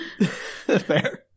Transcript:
Fair